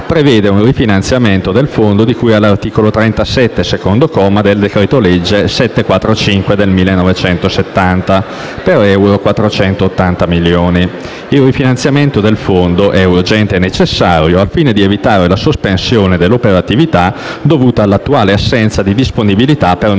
Il rifinanziamento del Fondo è urgente e necessario al fine di evitare la sospensione dell'operatività dovuta all'attuale assenza di disponibilità per nuove